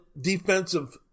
defensive